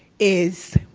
is